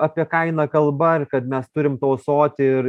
apie kainą kalba ir kad mes turim tausoti ir